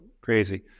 crazy